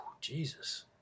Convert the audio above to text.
Jesus